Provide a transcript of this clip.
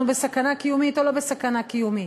אנחנו בסכנה קיומית או לא בסכנה קיומית?